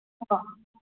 कुतः